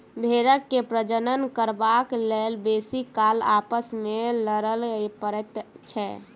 भेंड़ के प्रजनन करबाक लेल बेसी काल आपस मे लड़य पड़ैत छै